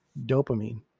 dopamine